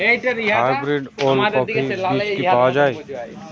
Hybrid ওলকফি বীজ কি পাওয়া য়ায়?